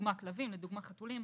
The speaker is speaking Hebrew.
לדוגמה כלבים וחתולים,